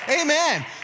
amen